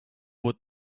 would